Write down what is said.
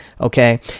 Okay